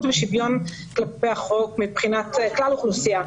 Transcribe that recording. ושוויון כלפי החוק מבחינת כלל האוכלוסייה.